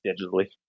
digitally